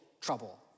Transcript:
trouble